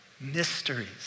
Mysteries